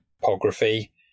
topography